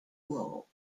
role